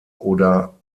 oder